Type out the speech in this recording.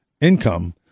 income